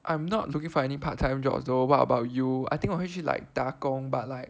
I'm not looking for any part time job though what about you I think you actually like 打工 but like